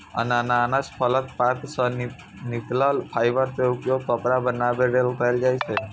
अनानास फलक पात सं निकलल फाइबर के उपयोग कपड़ा बनाबै लेल कैल जाइ छै